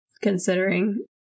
considering